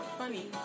funny